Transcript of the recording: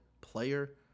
player